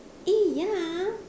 eh ya